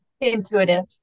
Intuitive